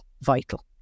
vital